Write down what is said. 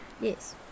Yes